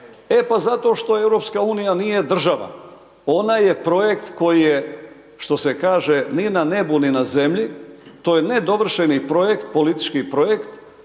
E pa zato što Europska unija nije država, ona je projekt koji je, što se kaže, ni na nebu, ni na zemlji, to je nedovršeni projekt, politički projekt,